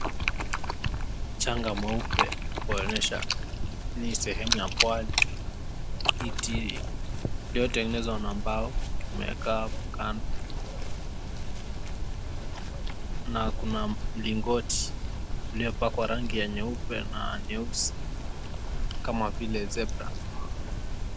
Mchanga mweupe kuonyesha ni sehemu ya pwani. Kiti iliyotengenezwa na mbao kimekaa kando. Na kuna mlingoti uliopakwa rangi ya nyeupe na nyeusi kama vile zebra .